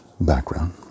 background